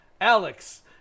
alex